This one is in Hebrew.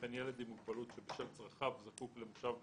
וכן ילד עם מוגבלות שבשל צרכיו זקוק למושב בטיחות,